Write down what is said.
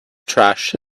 trash